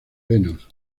venus